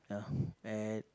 yeah at